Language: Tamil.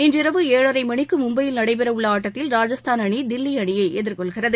இன்றிரவு ஏழரை மணிக்கு மும்பையில் நடைபெற உள்ள ஆட்டத்தில் ராஜஸ்தான் அணி டெல்லி அணியை எதிர்கொள்கிறது